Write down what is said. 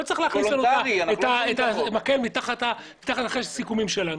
לא צריך להכניס את המקל אחרי סיכומים שלנו.